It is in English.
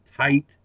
tight